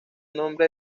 nombre